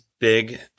big